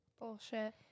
Bullshit